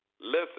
Listen